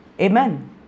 Amen